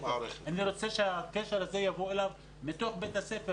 אני רוצה שהקשר הזה יבוא אליו מתוך בית הספר